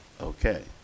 okay